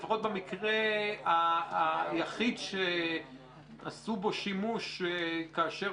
לפחות במקרה היחיד שעשו בו שימוש כאשר